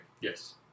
Yes